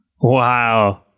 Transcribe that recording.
wow